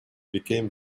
became